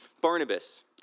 Barnabas